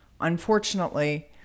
Unfortunately